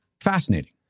fascinating